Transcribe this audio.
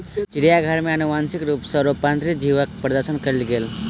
चिड़ियाघर में अनुवांशिक रूप सॅ रूपांतरित जीवक प्रदर्शन कयल गेल